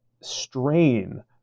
strain